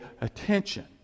attention